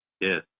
Yes